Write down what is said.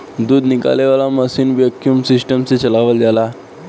दूध निकाले वाला मशीन वैक्यूम सिस्टम से चलावल जाला